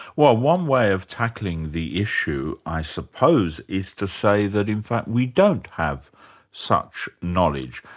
well one way of tackling the issue i suppose, is to say that in fact we don't have such knowledge,